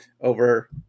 over